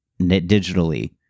digitally